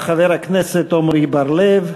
חבר הכנסת עמר בר-לב,